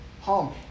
home